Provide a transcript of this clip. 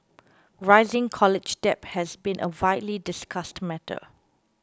rising college debt has been a widely discussed matter